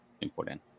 important